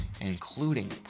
including